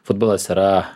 futbolas yra